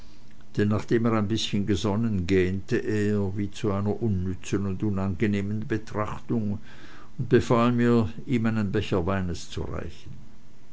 nachdem er ein bißchen gesonnen gähnte er wie zu einer unnützen und unangenehmen betrachtung und befahl mir ihm einen becher weines zu reichen